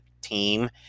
team